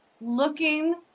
looking